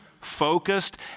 focused